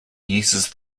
uses